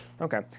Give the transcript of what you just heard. Okay